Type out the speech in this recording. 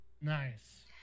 Nice